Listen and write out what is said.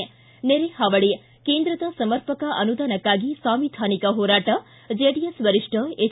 ಿ ನೆರೆ ಹಾವಳಿ ಕೇಂದ್ರದ ಸಮರ್ಪಕ ಅನುದಾನಕ್ಕಾಗಿ ಸಾಂವಿಧಾನಿಕ ಹೋರಾಟ ಜೆಡಿಎಸ್ ವರಿಷ್ಠ ಎಚ್